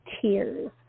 tears